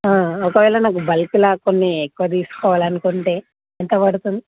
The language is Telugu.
ఒకవేళ నాకు బల్క్లో కొన్నీ ఎక్కువ తీసుకోవాలనుకుంటే ఎంత పడుతుంది